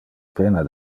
pena